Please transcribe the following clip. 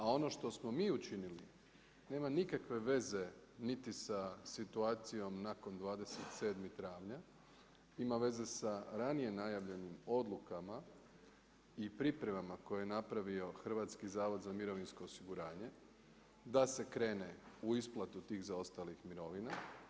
A ono što smo mi učinili, nema nikakve veze niti sa situacijom nakon 27. travnja, ima veze sa ranije najavim odlukama i pripremama koje je napravio Hrvatski zavod za mirovinsko osiguranje, da se krene u isplatu tih zaostalih mirovina.